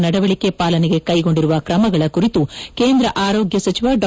ನಡವಳಿಕೆ ಪಾಲನೆಗೆ ಕೈಗೊಂಡಿರುವ ಕ್ರಮಗಳ ಕುರಿತು ಕೇಂದ್ರ ಆರೋಗ್ಯ ಸಚಿವ ಡಾ